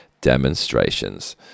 demonstrations